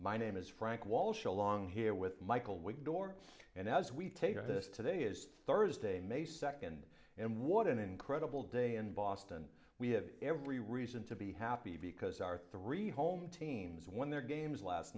my name is frank walsh along here with michael ware door and as we take this today is thursday may second and what an incredible day in boston we have every reason to be happy because our three home teams won their games last